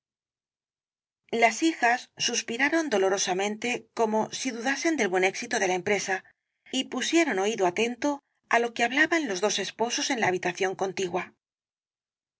las hijas suspiraron dolorosamente como si dudasen del buen éxito de la empresa y pusieron oído atento á lo que hablaban los dos esposos en la habitación contigua